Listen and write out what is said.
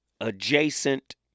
adjacent